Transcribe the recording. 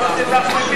את אחמד טיבי,